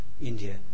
India